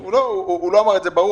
הוא לא אמר את זה ברור.